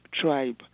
tribe